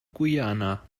guyana